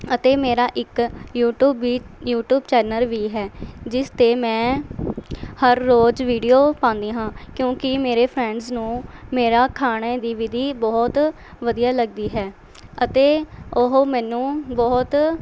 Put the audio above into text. ਅਤੇ ਮੇਰਾ ਇੱਕ ਯੂਟੂਬ ਵੀ ਯੂਟਿਊਬ ਚੈਨਲ ਵੀ ਹੈ ਜਿਸ 'ਤੇ ਮੈਂ ਹਰ ਰੋਜ਼ ਵੀਡੀਓ ਪਾਉਂਦੀ ਹਾਂ ਕਿਉਂਕਿ ਮੇਰੇ ਫਰੈਂਡਸ ਨੂੰ ਮੇਰਾ ਖਾਣੇ ਦੀ ਵਿਧੀ ਬਹੁਤ ਵਧੀਆ ਲੱਗਦੀ ਹੈ ਅਤੇ ਉਹ ਮੈਨੂੰ ਬਹੁਤ